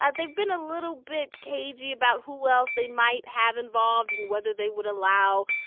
ah they've been a little bit cagey about who else they might have involved and whether they would allow,